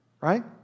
right